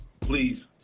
please